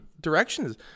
directions